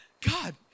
God